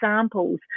examples